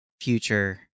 future